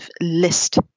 list